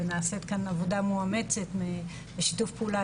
ונעשית כאן עבודה מאומצת בשיתוף פעולה